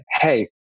hey